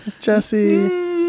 Jesse